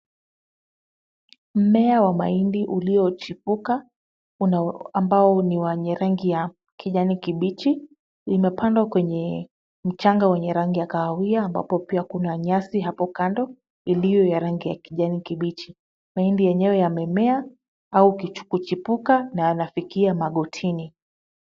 Mmea wa mahindi uliochipuka, una ambao ni wa rangi ya kijani kibichi, limepandwa kwenye mchanga wenye rangi ya kahawia ambapo pia kuna nyasi hapo kando, iliyo ya rangi ya kijani kibichi. Mahindi yenyewe yamemea, au kichukuchipuka, na yanafikia magotini.